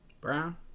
brown